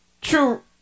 true